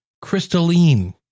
crystalline